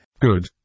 Good